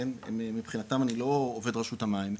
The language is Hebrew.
מבחינתם אני לא עובד רשות המים,